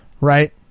Right